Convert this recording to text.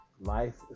Life